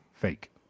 Fake